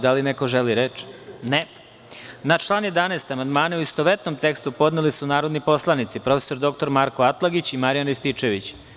Da li neko želi reč? (Ne) Na član 11. amandmane u istovetnom tekstu, podneli su narodni poslanici, prof. dr Marko Atlagić i Marijan Rističević.